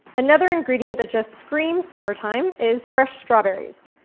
another ingredient that just screams summertime is fresh strawberries.